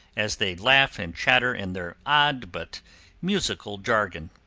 as they laugh and chatter in their odd but musical jargon.